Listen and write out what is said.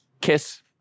kiss